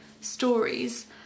stories